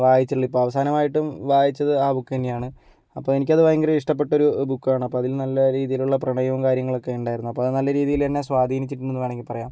വായിച്ചുള്ള ഇപ്പം അവസാനമായിട്ടും വായിച്ചത് ആ ബുക്ക് തന്നെയാണ് അപ്പോൾ എനിക്കത് ഭയങ്കര ഇഷ്ടപ്പെട്ട ഒരു ബുക്കാണ് അപ്പോൾ അതിൽ നല്ല രീതിയിലുള്ള പ്രണയവും കാര്യങ്ങളൊക്കെ ഉണ്ടായിരുന്നു അപ്പം അത് നല്ല രീതിയില് എന്നെ സ്വാധീനിച്ചിട്ടുണ്ടെന്ന് വേണമെങ്കിൽ പറയാം